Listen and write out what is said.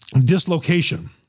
dislocation